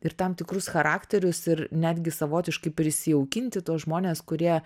ir tam tikrus charakterius ir netgi savotiškai prisijaukinti tuos žmones kurie